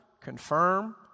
confirm